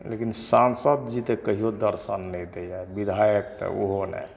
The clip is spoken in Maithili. लेकिन सांसद जी तऽ कहियो दर्शन नहि दैया बिधायक तऽ ओहो नहि